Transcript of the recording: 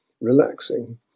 relaxing